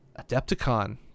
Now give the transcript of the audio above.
Adepticon